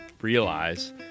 realize